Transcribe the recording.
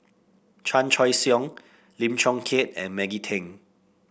Chan Choy Siong Lim Chong Keat and Maggie Teng